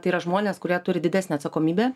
tai yra žmonės kurie turi didesnę atsakomybę